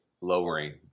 lowering